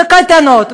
בקייטנות,